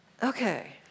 Okay